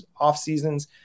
offseasons